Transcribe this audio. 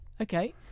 okay